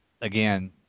again